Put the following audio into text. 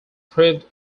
proved